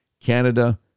Canada